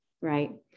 right